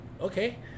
okay